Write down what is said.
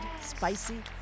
spicy